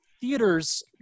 theaters